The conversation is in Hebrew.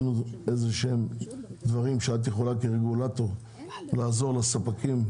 דברים שאת כרגולטור יכולה לעזור לספקים?